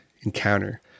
encounter